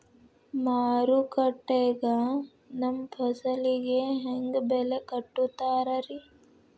ಮಾರುಕಟ್ಟೆ ಗ ನಮ್ಮ ಫಸಲಿಗೆ ಹೆಂಗ್ ಬೆಲೆ ಕಟ್ಟುತ್ತಾರ ರಿ?